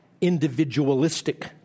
individualistic